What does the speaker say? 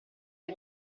dei